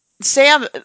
Sam